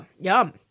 yum